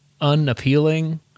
unappealing